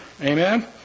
Amen